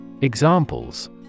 Examples